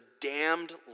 damned